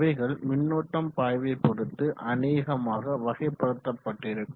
அவைகள் மின்னோட்டம் பாய்வதை பொறுத்து அநேகமாக வகைப்படுத்தப்பட்டிருக்கும்